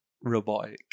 robotic